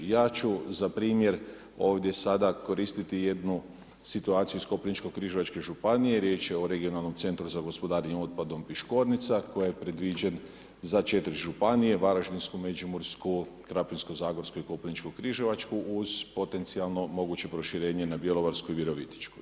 Ja ću za primjer ovdje sada koristiti jednu situaciju iz Koprivničko-križevačke županije riječ je o regionalnom centru za gospodarenje otpadom Piškornica koja je predviđen za 4 županije, Varaždinsku, Međimursku, Krapinsko-zagorsku i Koprivničko-križevačku uz potencijalno moguće proširenje na Bjelovarsku i Virovitičku.